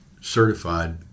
certified